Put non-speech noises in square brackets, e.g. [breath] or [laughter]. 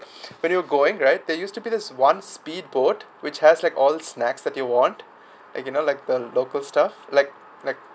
[breath] when you're going right they used to be this one speed boat which has like all snacks that you want like you know like the local stuff like like